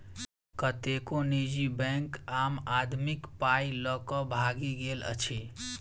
कतेको निजी बैंक आम आदमीक पाइ ल क भागि गेल अछि